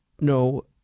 no